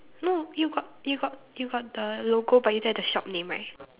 no you got you got you got the logo but you don't have the shop name right